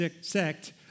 sect